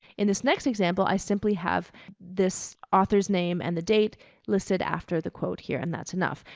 in this next example, i simply have this author's name and the date listed after the quote here, and that's enough.